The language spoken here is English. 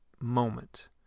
moment